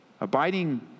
Abiding